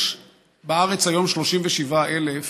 יש בארץ היום 37,000